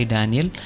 Daniel